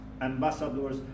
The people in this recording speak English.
ambassadors